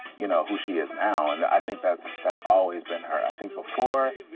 you know, who she is now, and i think that's that's always been her. i think before,